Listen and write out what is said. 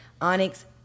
Onyx